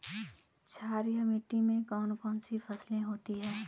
क्षारीय मिट्टी में कौन कौन सी फसलें होती हैं?